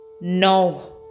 No